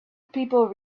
people